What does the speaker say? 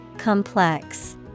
Complex